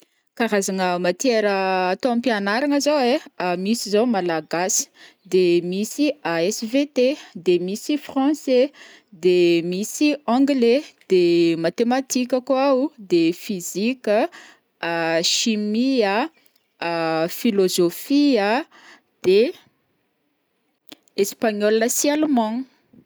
Karazagna matiera atao ampianaragna zao ai, misy zao malagasy, de misy SVT, de misy français, de misy anglais, de matematika koa o, de physique a, chimie a, philosophie a, de espagnol sy Allemand.